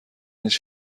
هیچ